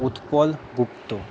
Utpal Gupta